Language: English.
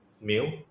meal